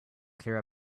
clear